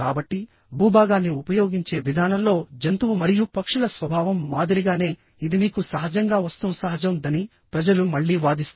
కాబట్టి భూభాగాన్ని ఉపయోగించే విధానంలో జంతువు మరియు పక్షుల స్వభావం మాదిరిగానే ఇది మీకు సహజంగా వస్తుం సహజం దని ప్రజలు మళ్లీ వాదిస్తారు